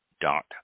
dot